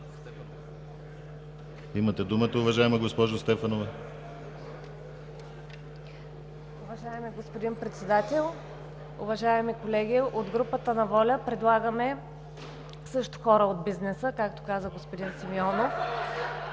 Имате думата, уважаема госпожо Стефанова. ГЕРГАНА СТЕФАНОВА (Воля): Уважаеми господин Председател, уважаеми колеги! От групата на Воля предлагаме също хора от бизнеса, както каза господин Симеонов